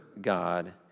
God